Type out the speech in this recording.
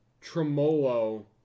Tremolo